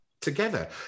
together